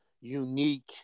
unique